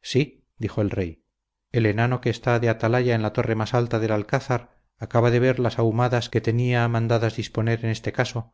sí dijo el rey el enano que está de atalaya en la torre más alta del alcázar acaba de ver las ahumadas que tenía mandadas disponer para este caso